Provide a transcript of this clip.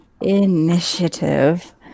Initiative